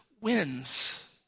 wins